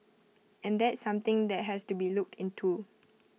and that's something that has to be looked into